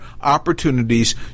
opportunities